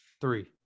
three